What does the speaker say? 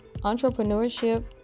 entrepreneurship